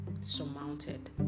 surmounted